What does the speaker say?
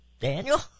Daniel